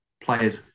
players